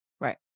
Right